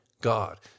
God